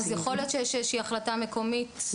אז יכול להיות שיש החלטה מקומית ספציפית.